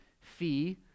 Fee